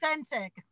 authentic